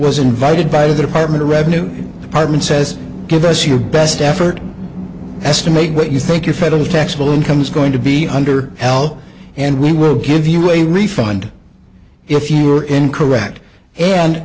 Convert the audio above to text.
was invited by the department of revenue department says give us your best effort estimate what you think your federal tax bill income is going to be under l and we will give you a refund if you are incorrect and